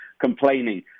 complaining